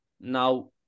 now